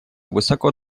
высоко